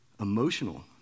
emotional